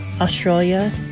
Australia